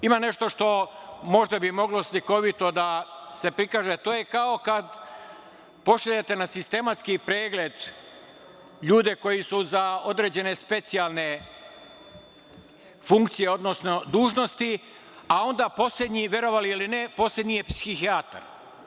Ima nešto što bi možda moglo slikovito da se prikaže, a to je kao kad pošaljete na sistematski pregled ljude koji su za određene specijalne funkcije odnosno dužnosti a onda poslednji, verovali ili ne, poslednji je psihijatar.